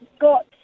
got